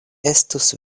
estus